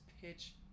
pitch